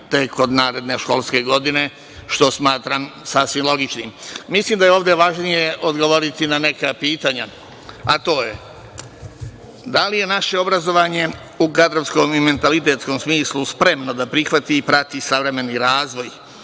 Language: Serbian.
tek od naredne školske godine što smatram sasvim logičnim. Mislim da je ovde važnije odgovoriti na neka pitanja, a to je, da li je naše obrazovanje u kadrovskom i mentalitetskom smislu spremno da prihvati i prati savremeni razvoj?